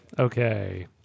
Okay